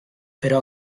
però